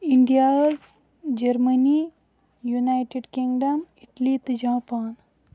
India's Germany United Kingdom Italy تہٕ Japan